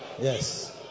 Yes